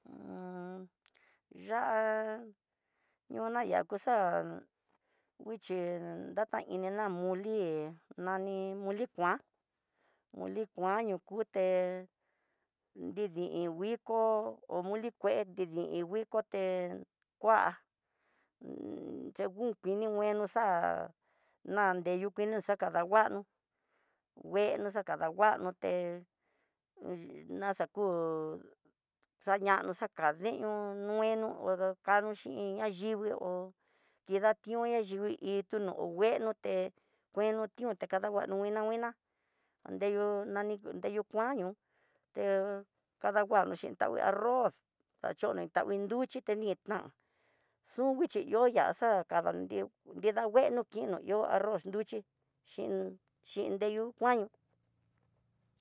ya'á ñona yakuxa, chí datainina moli nani moli kuan, moli kuan no kuté nridi iin nguiko oblili kue nridi iin nguikoté, kua segun kini nguexo xa'á, nanyedu kuino xakadanguano ngueno xakadanguano té yii naxaku xayano xakadino ngueno no do kano xhin ayivii, ho kidation ña yivii ituno no nguenoté ngueno tión ta kadanguano nguina nguina, nreyu nani kuan te kadanguano xhin arroz, dachoni tangui nruxhi tenin na'á xunguixchi yoyá xa'á kadanrió nrida ngueno kino ihó arroz nruchi xhin xhin nreyu kuaño.